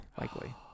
Likely